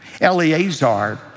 Eleazar